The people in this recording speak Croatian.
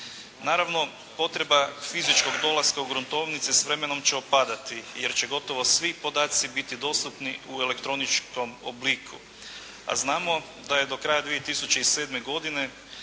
Naravno potreba fizičkog dolaska u gruntovnice s vremenom će opadati, jer će gotovo svi podaci biti dostupni u elektroničkom obliku, a znamo da je do kraja 2007. godine